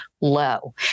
low